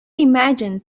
imagined